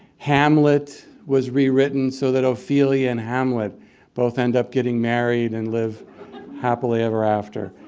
hamlet was rewritten so that ophelia and hamlet both end up getting married and live happily ever after.